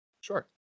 Sure